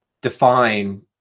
define